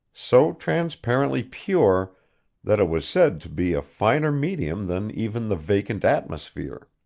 so transparently pure that it was said to be a finer medium than even the vacant atmosphere.